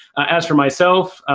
as for myself,